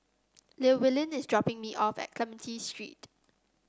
Llewellyn is dropping me off at Clementi Street